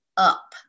up